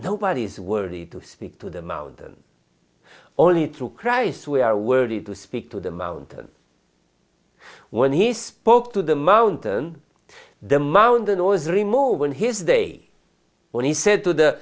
nobody is worthy to speak to the mountain only through christ we are worthy to speak to the mountain when he spoke to the mountain the mountain always remove in his day when he said to the